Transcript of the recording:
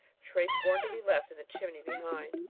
tray scorn'd to be left in the chimney behind.